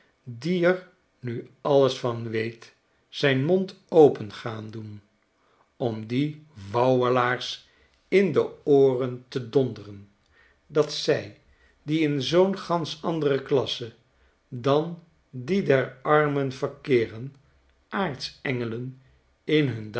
die er nu alles van weet zijn mond open gaan doen om die wauwelaars in de ooren te donderen dat zij die in zoo'n gansch andere klasse dan die der armen verkeeren aartsengelen in hun